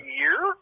year